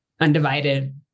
undivided